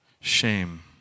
Shame